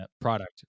product